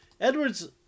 Edwards